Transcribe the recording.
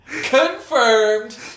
Confirmed